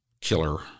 killer